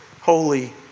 holy